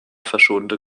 verschonte